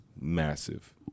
massive